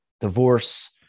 divorce